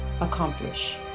accomplish